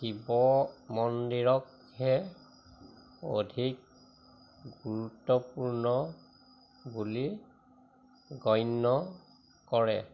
শিৱ মন্দিৰকহে অধিক গুৰুত্বপূৰ্ণ বুলি গণ্য কৰে